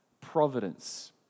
providence